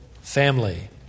family